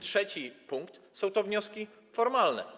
Trzeci punkt to są wnioski formalne.